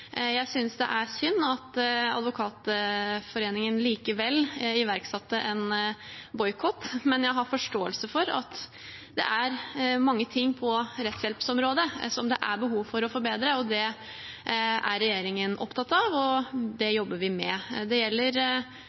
Jeg synes det er synd at Advokatforeningen likevel iverksatte en boikott, men jeg har forståelse for at det er mange ting på rettshjelpsområdet som det er behov for å forbedre. Det er regjeringen opptatt av, og det jobber vi med. Det